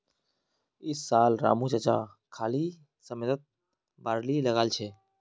इस साल रामू चाचा खाली समयत बार्ली लगाल छ